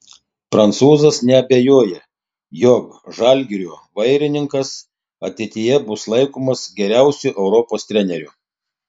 prancūzas neabejoja jog žalgirio vairininkas ateityje bus laikomas geriausiu europos treneriu